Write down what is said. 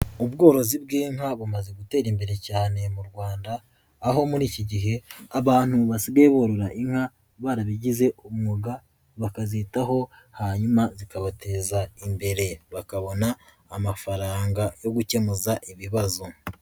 Ubworozi bw'inka bumaze gutera imbere cyane mu Rwanda, aho muri iki gihe abantu basigaye barora inka barabigize umwuga, bakazitaho hanyuma zikabateza imbere bakabona amafaranga yo gukemura ibibazo.